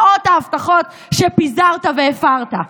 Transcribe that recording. מאות ההבטחות שפיזרת והפרת.